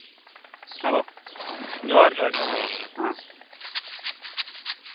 hello ᱡᱚᱦᱟᱨ ᱡᱚᱦᱟᱨ ᱡᱚᱦᱟᱨ ᱦᱮᱸ